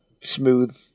smooth